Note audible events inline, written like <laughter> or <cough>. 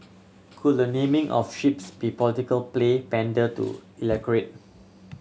could the naming of ships be political play pander to <unintelligible>